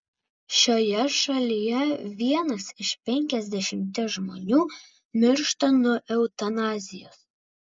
šioje šalyje vienas iš penkiasdešimties žmonių miršta nuo eutanazijos